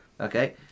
okay